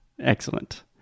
Excellent